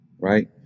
Right